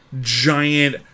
Giant